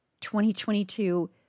2022